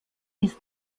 ist